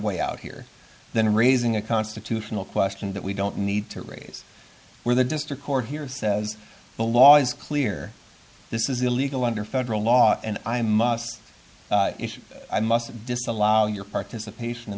way out here than raising a constitutional question that we don't need to raise where the district court here says the law is clear this is illegal under federal law and i must i must disallow your participation in